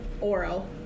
oral